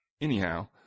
Anyhow